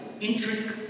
intricate